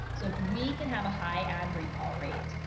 so if we can have a high and recall rates,